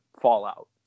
fallout